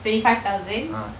twenty five thousand